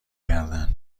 گردن